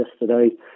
yesterday